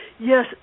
Yes